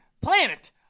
planet